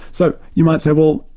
so you might say, well,